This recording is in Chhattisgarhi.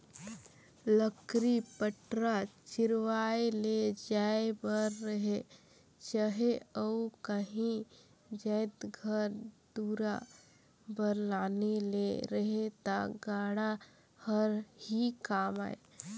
लकरी पटरा चिरवाए ले जाए बर रहें चहे अउ काही जाएत घर दुरा बर लाने ले रहे ता गाड़ा हर ही काम आए